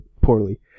Poorly